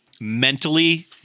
mentally